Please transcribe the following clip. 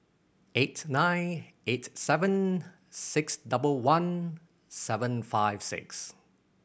eight nine eight seven six double one seven five six